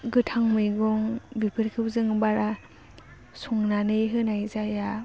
गोथां मैगं बेफोरखौ जों बारा संनानै होनाय जाया